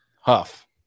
huff